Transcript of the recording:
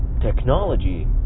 technology